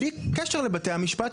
בלי קשר לבתי המשפט,